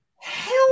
Hell